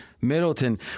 Middleton